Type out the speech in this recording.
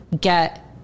get